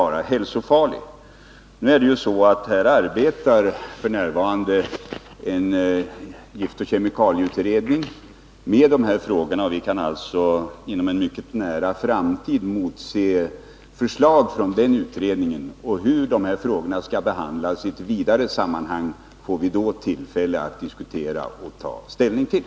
F.n. arbetar en utredning med kemikalieanvändningen i jordbruket, och vi kan inom en mycket nära framtid motse förslag från denna utredning. Hur dessa frågor skall behandlas i ett vidare sammanhang får vi tillfälle att då diskutera och ta ställning till.